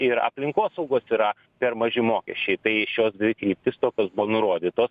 ir aplinkosaugos yra per maži mokesčiai tai šios dvi kryptys tokios buvo nurodytos